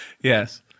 Yes